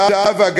זהבה,